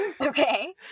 Okay